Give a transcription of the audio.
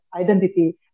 identity